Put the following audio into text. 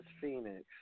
Phoenix